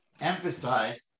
emphasize